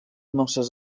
noces